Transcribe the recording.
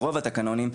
רוב התקנונים,